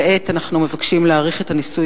כעת אנחנו מבקשים להאריך את הניסוי